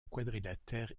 quadrilatère